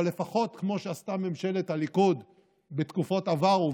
אבל לפחות כמו שעשתה ממשלת הליכוד בתקופות עברו,